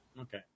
okay